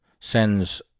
sends